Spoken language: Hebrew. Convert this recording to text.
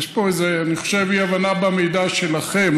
אני חושב, איזו אי-הבנה במידע שלכם.